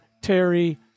Terry